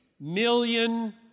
million